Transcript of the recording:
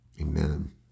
Amen